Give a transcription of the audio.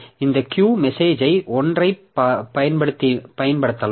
இது Q மெசேஜ்யை 1 ஐப் பயன்படுத்தலாம்